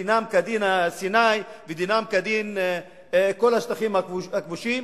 דינם כדין סיני ודינם כדין כל השטחים הכבושים,